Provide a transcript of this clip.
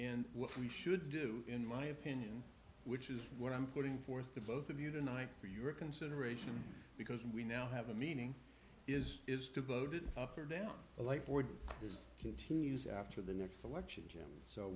in what we should do in my opinion which is what i'm putting forth to both of you tonight for your consideration because we now have a meeting is is devoted up there down a light board this continues after the next election jim so